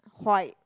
white